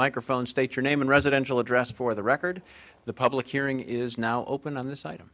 microphone state your name and residential address for the record the public hearing is now open on this